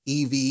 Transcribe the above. EV